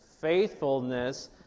faithfulness